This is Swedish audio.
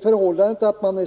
Talet om att man